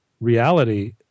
reality